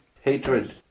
Hatred